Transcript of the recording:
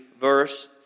verse